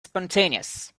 spontaneous